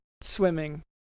Swimming